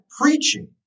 preaching